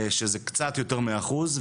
שזה קצת יותר מאחוז.